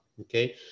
Okay